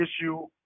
issue